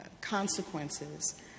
consequences